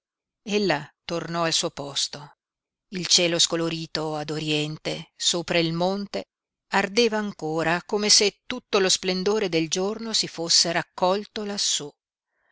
ella tornò al suo posto il cielo scolorito ad oriente sopra il monte ardeva ancora come se tutto lo splendore del giorno si fosse raccolto lassú